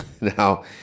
Now